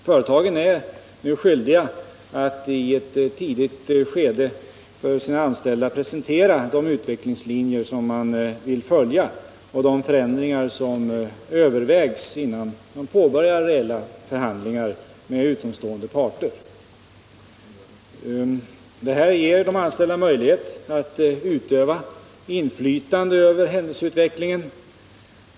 Företagen är nu skyldiga att i ett tidigt skede för sina anställda presentera de utvecklingslinjer som de vill följa och de förändringar som övervägs innan de påbörjar reella förhandlingar med utomstående parter. Detta ger de anställda möjligheter att utöva inflytande på händelseutvecklingen.